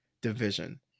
division